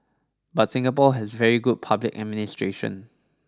but Singapore has very good public administration